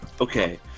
Okay